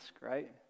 right